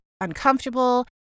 uncomfortable